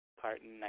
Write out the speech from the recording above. carton